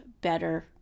better